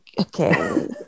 okay